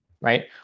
right